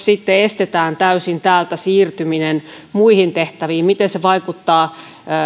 sitten estetään täysin täältä siirtyminen muihin tehtäviin niin miten se vaikuttaa